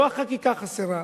לא חקיקה חסרה,